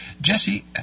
Jesse